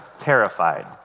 terrified